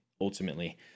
ultimately